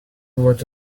what